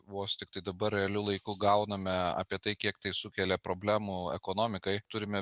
vos tiktai dabar realiu laiku gauname apie tai kiek tai sukelia problemų ekonomikai turime